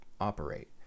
operate